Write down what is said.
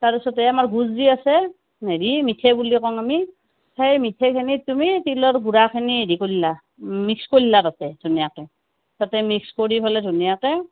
তাৰ পিছতে আমাৰ গুৰ যি আছে হেৰি মিথৈ বুলি কওঁ আমি সেই মিথৈখিনিত তুমি তিলৰ গুৰাখিনি হেৰি কৰিলা মিক্স কৰ্লা ধুনীয়াকৈ তাতে মিক্স কৰি হ'লে ধুনীয়াকৈ